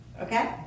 Okay